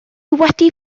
wedi